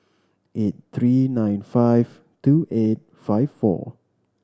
eight three nine five two eight five four